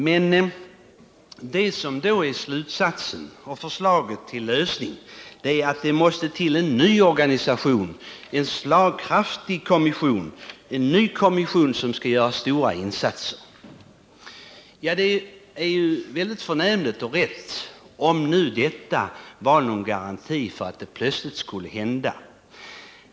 Men slutsatsen och förslaget till lösning är att det måste vara en ny organisation, en ny, slagkraftig kommission, som skall göra stora insatser. Det skulle vara mycket förnämligt och rätt, om nu detta vore någon garanti för att det plötsligt skulle hända något.